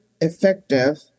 effective